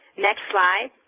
next slide.